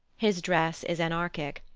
his dress is anarchic.